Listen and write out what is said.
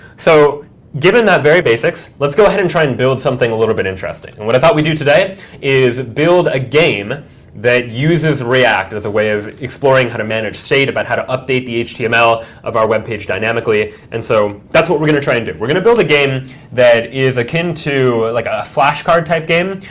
so given that very basics, let's go ahead and try and build something a little bit interesting. and what i thought we'd do today is build a game that uses react as a way of exploring how to manage state, about how to update the html of our web page dynamically. and so that's what we're going to try and do. we're going to build a game that is akin to like a flash card type game.